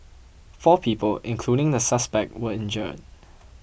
four people including the suspect were injured